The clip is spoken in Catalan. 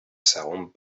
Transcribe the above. segon